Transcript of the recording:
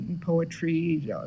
poetry